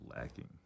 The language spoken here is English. lacking